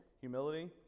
humility